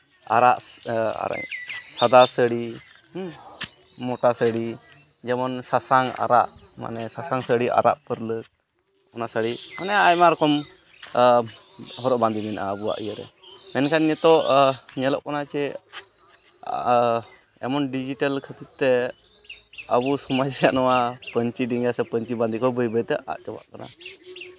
ᱟᱨᱟᱜ ᱥᱟᱫᱟ ᱥᱟᱹᱲᱤ ᱢᱳᱴᱟ ᱥᱟᱹᱲᱤ ᱡᱮᱢᱚᱱ ᱥᱟᱥᱟᱝ ᱟᱨᱟᱜ ᱢᱟᱱᱮ ᱥᱟᱥᱟᱝ ᱥᱟᱹᱲᱤ ᱟᱨᱟᱜ ᱯᱟᱹᱲᱞᱟᱹᱠ ᱚᱱᱟ ᱥᱟᱹᱲᱤ ᱢᱟᱱᱮ ᱟᱭᱢᱟ ᱨᱚᱠᱚᱢ ᱦᱚᱨᱚᱜ ᱵᱟᱸᱫᱮ ᱢᱮᱱᱟᱜᱼᱟ ᱟᱵᱚᱣᱟᱜ ᱤᱭᱟᱹ ᱨᱮ ᱢᱮᱱᱠᱷᱟᱱ ᱱᱤᱛᱚᱜ ᱧᱮᱞᱚᱜ ᱠᱟᱱᱟ ᱪᱮᱫ ᱮᱢᱚᱱ ᱰᱤᱡᱤᱴᱟᱞ ᱠᱷᱟᱹᱛᱤᱨ ᱛᱮ ᱟᱵᱚ ᱥᱚᱢᱟᱠᱽ ᱨᱮᱭᱟᱜ ᱱᱚᱣᱟ ᱯᱟᱹᱧᱪᱤ ᱰᱮᱸᱜᱟ ᱥᱮ ᱯᱟᱹᱧᱪᱤ ᱵᱟᱸᱫᱮ ᱠᱚ ᱵᱟᱹᱭ ᱵᱟᱹᱭᱛᱮ ᱟᱫ ᱪᱟᱵᱟᱜ ᱠᱟᱱᱟ